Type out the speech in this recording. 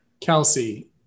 Kelsey